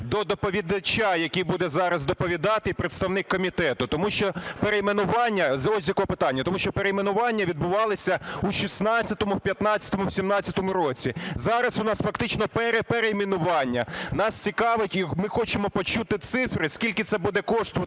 до доповідача, який буде зараз доповідати, і представника комітету ось з якого питання. Тому що перейменування відбувалися в 16, в 15, в 17-му роках. Зараз у нас фактично переперейменування. Нас цікавить і ми хочемо почути цифри скільки це буде коштувати: